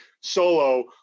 solo